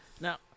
Now